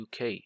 UK